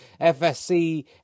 FSC